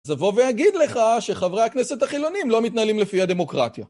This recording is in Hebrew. אז אבוא ויגיד לך שחברי הכנסת החילונים לא מתנהלים לפי הדמוקרטיה.